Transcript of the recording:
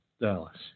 Dallas